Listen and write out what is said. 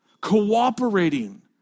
cooperating